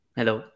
Hello